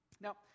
Now